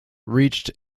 reached